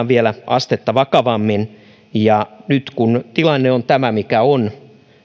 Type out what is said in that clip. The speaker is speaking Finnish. vielä astetta vakavammin ja nyt kun tilanne on tämä mikä on